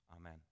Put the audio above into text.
Amen